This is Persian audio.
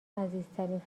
عزیزترین